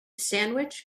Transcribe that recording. sandwich